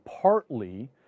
partly